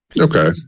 Okay